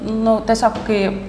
nu tiesiog kaip